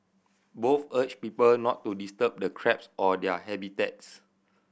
both urged people not to disturb the crabs or their habitats